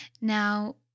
Now